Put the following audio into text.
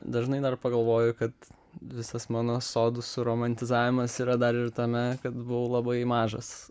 dažnai dar pagalvoju kad visas mano sodų suromantizavimas yra dar ir tame kad buvau labai mažas